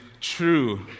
true